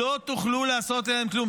לא תוכלו לעשות להם כלום,